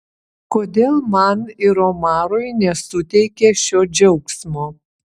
kodėl man ir omarui nesuteikė šio džiaugsmo